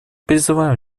призываем